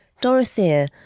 Dorothea